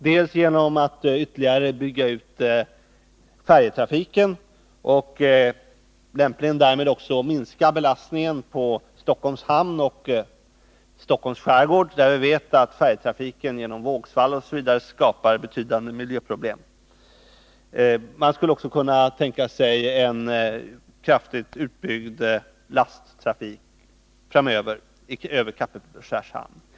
Det kan ske genom en ytterligare utbyggnad av färjetrafiken och därmed lämpligen en minskning av belastningen på Stockholms hamn och Stockholms skärgård, där vi vet att färjetrafiken, på grund av vågsvall och annat, skapar betydande miljöproblem. Man måste också kunna tänka sig en kraftigt utbyggd lasttrafik över Kapellskärs hamn framöver.